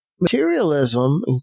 materialism